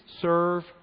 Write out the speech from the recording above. serve